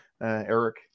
Eric